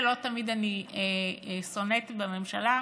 הינה, לא תמיד אני סונטת בממשלה,